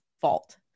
fault